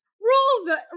rules